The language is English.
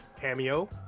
Cameo